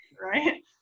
right